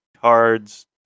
cards